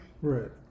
Right